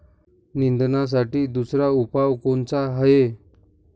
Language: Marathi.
निंदनासाठी दुसरा उपाव कोनचा हाये?